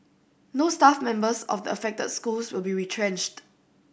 no staff members of the affected schools will be retrenched